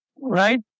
Right